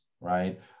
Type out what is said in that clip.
Right